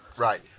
Right